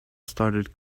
started